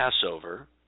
Passover